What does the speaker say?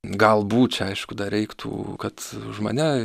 galbūt čia aišku dar reiktų kad už mane